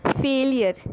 failure